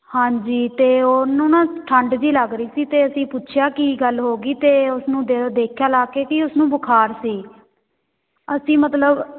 ਹਾਂਜੀ ਅਤੇ ਉਹਨੂੰ ਨਾ ਠੰਡ ਜਿਹੀ ਲੱਗ ਰਹੀ ਸੀ ਅਤੇ ਅਸੀਂ ਪੁੱਛਿਆ ਕੀ ਗੱਲ ਹੋਗੀ ਅਤੇ ਉਸਨੂੰ ਦ ਦੇਖਿਆ ਲਾ ਕੇ ਕਿ ਉਸਨੂੰ ਬੁਖਾਰ ਸੀ ਅਸੀਂ ਮਤਲਬ